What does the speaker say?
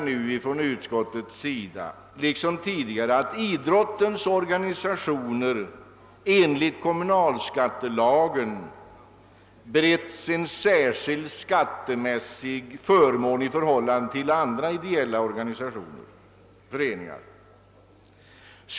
Vi vill från utskottets sida nu liksom tidigare understryka, att idrottens organisationer enligt kommunalskattelagen bereits en särskild skattemässig förmån i förehållande till andra ideella organisationer.